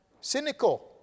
cynical